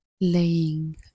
laying